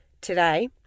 Today